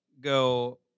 go